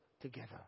together